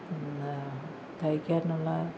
തയ്ക്കാനുള്ള